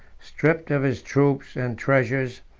stripped of his troops and treasures,